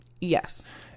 Yes